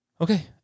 Okay